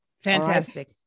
Fantastic